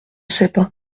sais